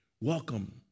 Welcome